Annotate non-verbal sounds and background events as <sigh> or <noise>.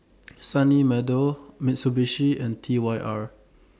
<noise> Sunny Meadow Mitsubishi and T Y R